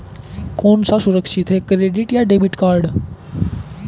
कौन सा सुरक्षित है क्रेडिट या डेबिट कार्ड?